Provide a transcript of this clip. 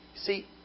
See